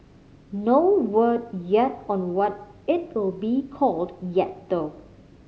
no word yet on what it'll be called yet though